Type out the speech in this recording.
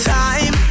time